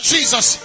Jesus